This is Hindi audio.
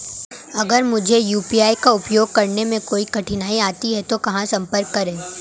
अगर मुझे यू.पी.आई का उपयोग करने में कोई कठिनाई आती है तो कहां संपर्क करें?